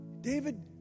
David